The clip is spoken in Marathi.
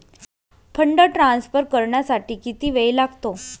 फंड ट्रान्सफर करण्यासाठी किती वेळ लागतो?